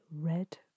Red